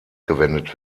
gewendet